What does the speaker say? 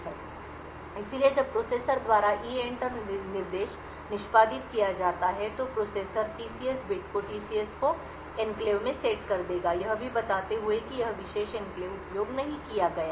संदर्भ समय को देखें 1314 इसलिए जब प्रोसेसर द्वारा EENTER निर्देश निष्पादित किया जाता है तो प्रोसेसर TCS बिट को TCS को एन्क्लेव में सेट कर देगा यह भी बताते हुए कि यह विशेष एन्क्लेव उपयोग नहीं किया गया है